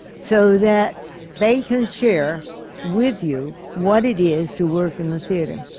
so that they can share with you what it is to work in the theatre.